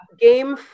game